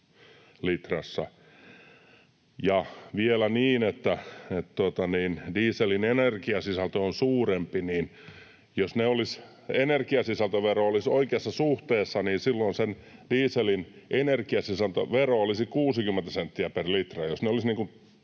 on vielä niin, että dieselin energiasisältö on suurempi, niin että jos energiasisältövero olisi oikeassa suhteessa, niin silloin sen dieselin energiasisältövero olisi 60 senttiä per litra